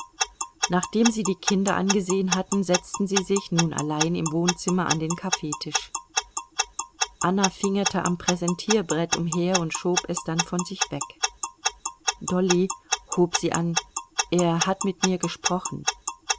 nachdem sie die kinder angesehen hatten setzten sie sich nun allein im wohnzimmer an den kaffeetisch anna fingerte am präsentierbrett umher und schob es dann von sich weg dolly hob sie an er hat mit mir gesprochen